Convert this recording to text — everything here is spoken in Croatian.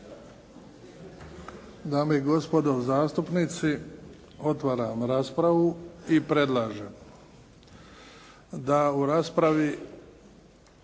Dame i gospodo zastupnici otvaram raspravu i predlažem da u raspravi